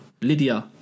Lydia